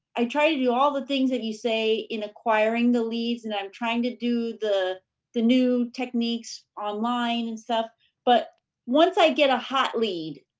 i try to do all the things that you say in acquiring the leads, and i'm trying to do the the new techniques online and stuff but once i get a hot lead,